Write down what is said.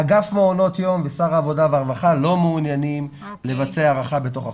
אגף מעונות יום ושר העבודה והרווחה לא מעוניינים לבצע הארכה בתוך החוק.